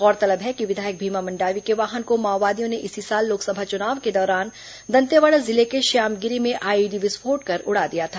गौरतलब है कि विधायक भीमा मंडावी के वाहन को माओवादियों ने इसी साल लोकसभा चुनाव के दौरान दंतेवाड़ा जिले के श्यामगिरी में आईईडी विस्फोट कर उड़ा दिया था